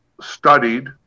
studied